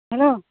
hello